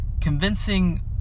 convincing